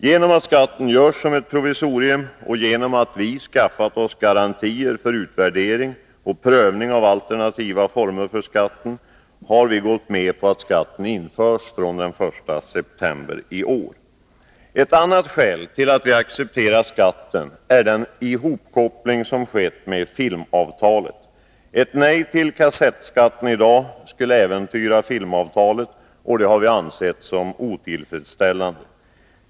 Genom att skatten betraktas som ett provisorium och genom att vi skaffat oss garantier för utvärdering och prövning av alternativa former för skatten har vi gått med på att den införs från den 1 september i år. Ett annat skäl till att vi accepterar skatten är den ihopkoppling som skett med filmavtalet. Ett nej till kassettskatten i dag skulle äventyra filmavtalet, och det har vi ansett som otillfredsställande.